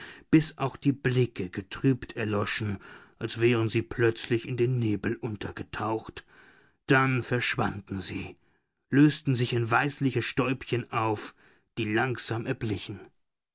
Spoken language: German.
bis auch die blicke getrübt erloschen als wären sie plötzlich in den nebel untergetaucht dann verschwanden sie lösten sich in weißliche stäubchen auf die langsam erblichen